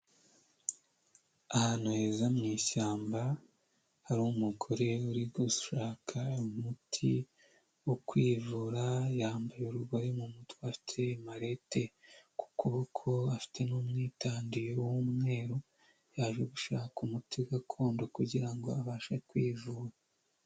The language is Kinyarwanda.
Ahantu heza mu ishyamba, hari umugore uri gushaka umuti wo kwivura, yambaye urugori mu mutwe, afite marete ku kuboko, afite n'umwitandiro w'umweru, yaje gushaka umuti gakondo kugira ngo abashe kwivura.